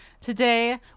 Today